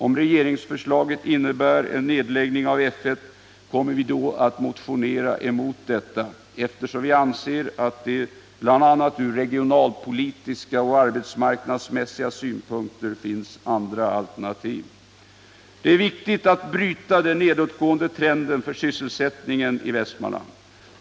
Om regeringsförslaget innebär en nedläggning av F 1, kommer vi att motionera emot detta, eftersom vi anser att det bl.a. ur regionalpolitiska och arbetsmarknadsmässiga synpunkter finns andra alternativ. Det är viktigt att bryta den nedåtgående trenden för sysselsättningen i Västmanland.